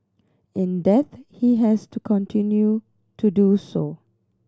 in death he has to continued to do so